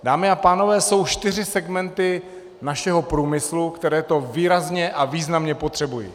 Dámy a pánové, jsou čtyři segmenty našeho průmyslu, které to výrazně a významně potřebují.